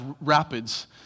rapids